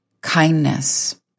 kindness